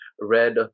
red